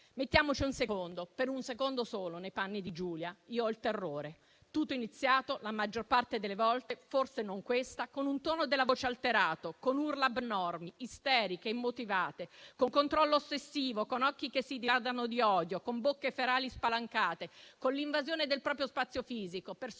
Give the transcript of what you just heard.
Mettiamoci un secondo, per un secondo solo, nei panni di Giulia: io ho il terrore. Tutto è iniziato la maggior parte delle volte, forse non questa, con un tono della voce alterato, con urla abnormi, isteriche, immotivate, con un controllo ossessivo, con occhi che si dilatano di odio, con bocche ferali spalancate, con l'invasione del proprio spazio fisico, per